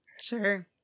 Sure